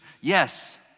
Yes